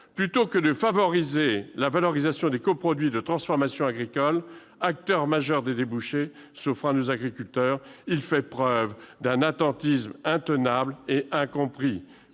Plutôt que de favoriser la valorisation des coproduits de transformation agricole, acteurs majeurs des débouchés s'offrant à nos agriculteurs, il fait preuve d'un attentisme intenable et incompris.